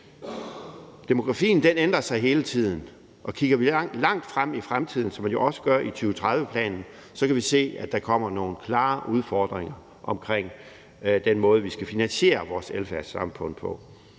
Demografien ændrer sig hele tiden, og kigger vi langt ud i fremtiden, som man jo også gør i 2030-planen, kan vi se, at der kommer nogle klare udfordringer med hensyn til den måde, vi skal finansiere vores velfærdssamfund på.